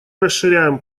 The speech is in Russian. расширяем